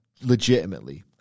legitimately